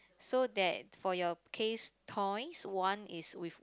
so that for your case toys one is with